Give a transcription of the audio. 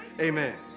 amen